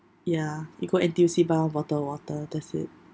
ya you go N_T_U_C buy one bottle water that's it